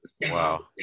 Wow